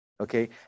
okay